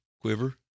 Quiver